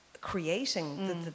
creating